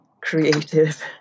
creative